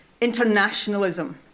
internationalism